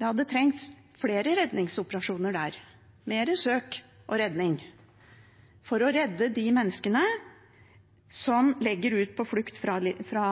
Ja, det trengs flere redningsoperasjoner der – mer søk og redning – for å redde de menneskene som legger ut på flukt fra